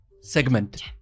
segment